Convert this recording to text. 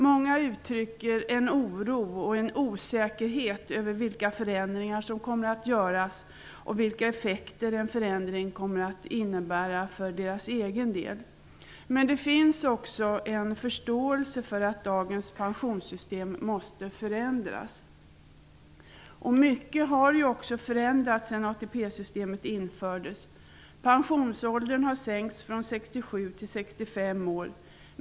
Många människor uttrycker en oro och en osäkerhet över vilka förändringar som kommer att göras och vilka effekter en förändring kommer att innebära för deras egen del. Men det finns också en förståelse för att dagens pensionssystem måste förändras. Mycket har förändrats sedan ATP-systemet infördes. Pensionsåldern har sänkts från 67 till 65 år.